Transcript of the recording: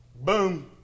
Boom